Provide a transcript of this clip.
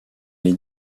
les